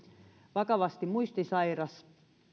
vakavasti muistisairas